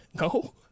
No